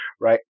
Right